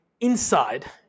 inside